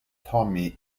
tommy